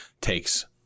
takes